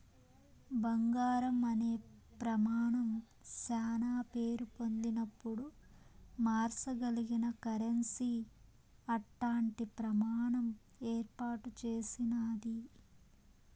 బంగారం అనే ప్రమానం శానా పేరు పొందినపుడు మార్సగలిగిన కరెన్సీ అట్టాంటి ప్రమాణం ఏర్పాటు చేసినాది